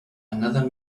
another